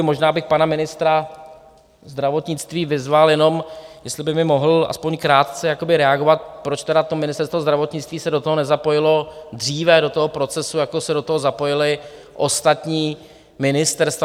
Možná bych pana ministra zdravotnictví vyzval jenom, jestli by mi mohl aspoň krátce reagovat, proč tedy Ministerstvo zdravotnictví se do toho nezapojilo dříve, do toho procesu, jako se do toho zapojila ostatní ministerstva.